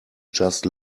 just